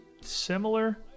similar